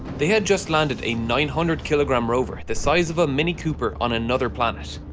they had just landed a nine hundred kilogram rover the size of a mini cooper on another planet.